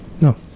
No